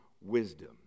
wisdom